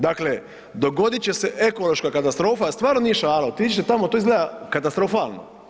Dakle, dogodit će se ekološka katastrofa, stvarno nije šala, otiđite tamo, to izgleda katastrofalno.